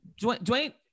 dwayne